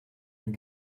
den